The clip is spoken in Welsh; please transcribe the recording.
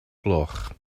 gloch